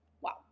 Wow